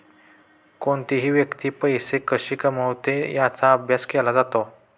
कोणतीही व्यक्ती पैसे कशी कमवते याचा अभ्यास केला जातो